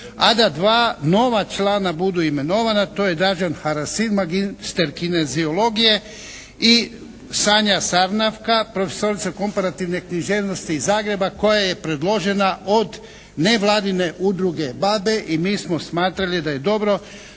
a da dva nova člana budu imenovana. To je Dražen Harasin, magistar kineziologije i Sanja Sarnavka profesorica komparativne književnosti iz Zagreba koja je predložena od nevladine Udruge “BaBe“ i mi smo smatrali da je dobro